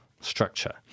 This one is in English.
structure